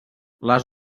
les